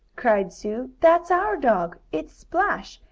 cried sue, that's our dog it's splash,